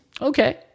Okay